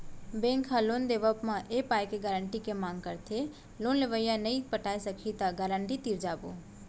bank ह loan देवब म ए पाय के गारेंटर के मांग करथे लोन लेवइया नइ पटाय सकही त गारेंटर तीर जाबो